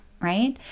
right